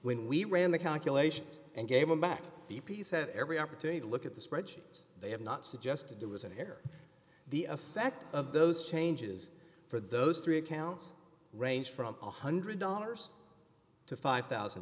when we ran the calculations and gave them back the piece had every opportunity to look at the spreadsheet they have not suggested there was and here the effect of those changes for those three accounts range from one hundred dollars to five thousand